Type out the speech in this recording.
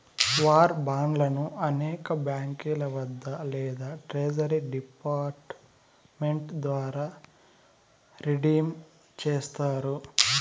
war బాండ్లను అనేక బాంకీల వద్ద లేదా ట్రెజరీ డిపార్ట్ మెంట్ ద్వారా రిడీమ్ చేస్తారు